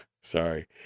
Sorry